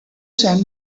send